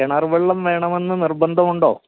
കിണർ വെള്ളം വേണമെന്ന് നിർബന്ധമുണ്ടോ